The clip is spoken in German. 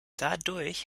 dadurch